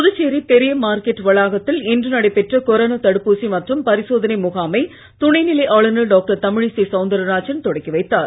புதுச்சேரி பெரிய மார்க்கெட் வளாகத்தில் இன்று நடைபெற்ற கொரோனா தடுப்பூசி மற்றும் பரிசோதனை முகாமை துணைநிலை ஆளுநர் டாக்டர் தமிழிசை சவுந்தரராஜன் தொடங்கி வைத்தார்